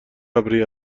ابری